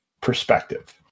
perspective